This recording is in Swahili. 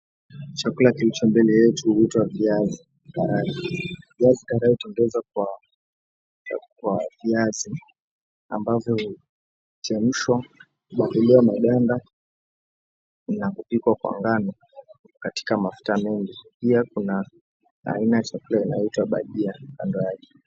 Chakula kilicho mbele yetu huitwa viazi karai. Viazi karai hutengenezwa kwa viazi ambavyo huchemshwa, kuondolewa maganda, na kupikwa kwa ngano katika mafuta mengi. Pia kuna aina ya chakula inayoitwa bajia kando yake.